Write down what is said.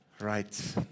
Right